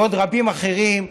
ועוד רבים אחרים,